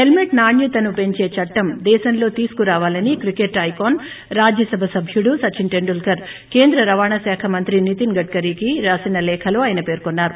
helmet నాణ్యతను పెంచే చట్లం దేశంలో తీసుకురావాలని క్రికెట్ ఐకాన్ రాజ్యసభ సభ్యుడు సచిన్ టెండూల్కర్ కేంద్ర రవాణా శాఖ మంత్రి నితేన్ గడ్కరికీ రాసిన లేఖలో ఆయన పేర్కొన్నారు